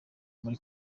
muri